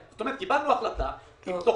זאת אומרת, קיבלנו החלטה עם תוכניות.